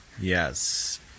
Yes